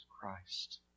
Christ